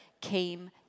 came